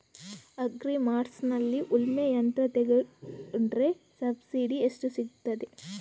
Agri ಮಾರ್ಟ್ನಲ್ಲಿ ಉಳ್ಮೆ ಯಂತ್ರ ತೆಕೊಂಡ್ರೆ ಸಬ್ಸಿಡಿ ಎಷ್ಟು ಸಿಕ್ತಾದೆ?